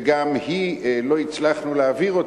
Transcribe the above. וגם אותה לא הצלחנו להעביר,